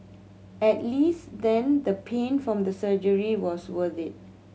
at least then the pain from the surgery was worth it